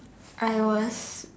I was